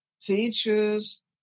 teachers